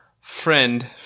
friend